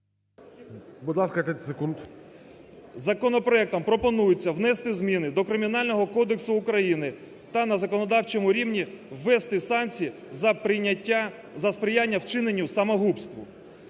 Законопроектом пропонується внести зміни до Кримінального кодексу України та на законодавчому рівні ввести санкції за сприяння вчиненню самогубства.